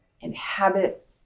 inhabit